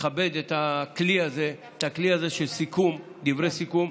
נכבד את הכלי הזה של דברי סיכום.